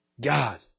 god